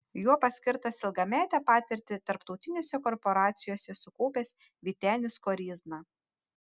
juo paskirtas ilgametę patirtį tarptautinėse korporacijose sukaupęs vytenis koryzna